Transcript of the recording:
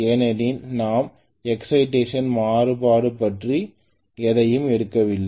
ஏனெனில் நாம் எக்சைடேக்ஷன் மாறுபாடு பற்றி எதையும் எடுக்கவில்லை